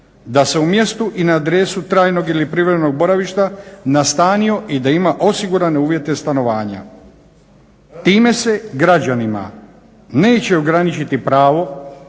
da se u mjestu i na adresu trajnog ili privremenog boravišta nastanio i da ima osigurane uvjete stanovanja. Time se građanima neće ograničiti pravo